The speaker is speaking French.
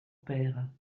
père